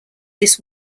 this